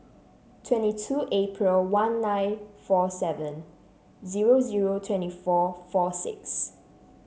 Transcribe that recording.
twenty two April one nine four seven zero zero twenty four four six